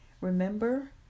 Remember